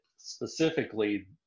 specifically